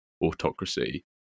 autocracy